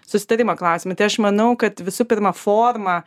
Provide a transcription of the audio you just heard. susitarimo klausimai tai aš manau kad visų pirma forma